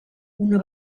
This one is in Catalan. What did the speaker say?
una